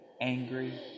angry